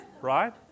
right